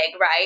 right